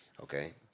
Okay